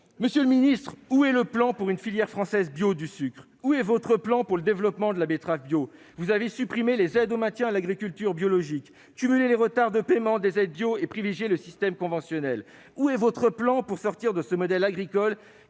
Monsieur le ministre, où est le plan pour une filière française bio du sucre ? Où est votre plan pour le développement de la betterave bio ? Vous avez supprimé les aides au maintien à l'agriculture biologique, ... C'est faux !... cumulé les retards de paiement des aides bio et privilégié le système conventionnel. Où est votre plan pour sortir de ce modèle agricole